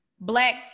black